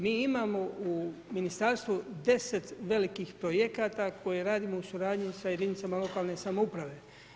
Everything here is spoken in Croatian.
Mi imamo u Ministarstvu 10 velikih projekata koje radimo u suradnji sa jedinicama lokalne samouprave.